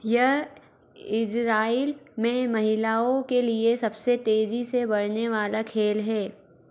यह इज़राइल में महिलाओं के लिए सबसे तेज़ी से बढ़ने वाला खेल है